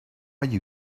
you